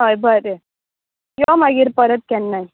हय बरें यो मागीर परत केन्नाय